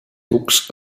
looks